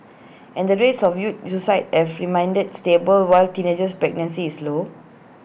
and the rates of youth suicide have reminded stable while teenage pregnancy is low